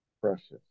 precious